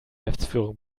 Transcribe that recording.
geschäftsführung